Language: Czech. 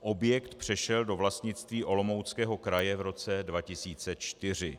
Objekt přešel do vlastnictví Olomouckého kraje v roce 2004.